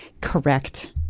Correct